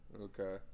Okay